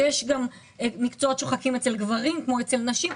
שיש גם מקצועות שוחקים אצל גברים כמו אצל נשים.